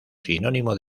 sinónimo